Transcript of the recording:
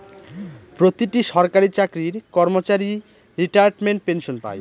প্রতিটি সরকারি চাকরির কর্মচারী রিটায়ারমেন্ট পেনসন পাই